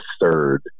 third